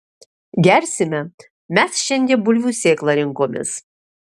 gersime mes šiandie bulvių sėklą rinkomės